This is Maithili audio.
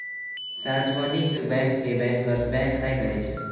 सार्जवनिक बैंक के बैंकर्स बैंक नै कहै छै